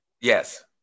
Yes